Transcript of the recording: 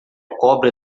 cobra